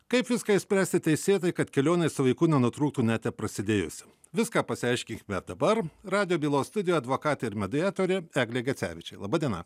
kaip viską išspręsti teisėtai kad kelionė su vaiku nenutrūktų net neprasidėjusi viską pasiaiškinkime dabar radijo bylos studijo advokatė ir mediatorė eglė gecevičė laba diena